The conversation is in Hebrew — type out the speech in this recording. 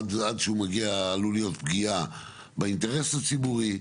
עד שהוא מגיע, עלולה פגיעה באינטרס הציבורי,